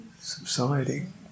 subsiding